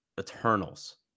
Eternals